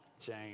Jane